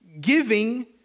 giving